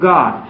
God